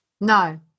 No